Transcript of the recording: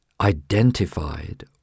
identified